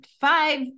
five